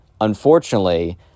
unfortunately